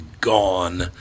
gone